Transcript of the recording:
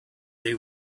they